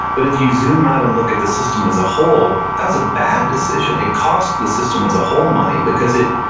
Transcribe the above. but if you zoom out and look at the system as a whole, that was a bad decision. it cost the system as a whole money because it,